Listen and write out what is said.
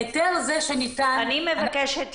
היתר זה שניתן הוא גם